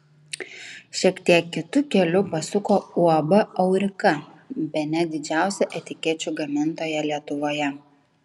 šiek tiek kitu keliu pasuko uab aurika bene didžiausia etikečių gamintoja lietuvoje